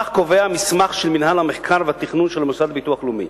כך קובע מסמך של מינהל המחקר והתכנון של המוסד לביטוח לאומי.